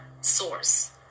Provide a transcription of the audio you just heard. source